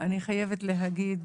אני חייבת להגיד